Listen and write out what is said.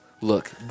Look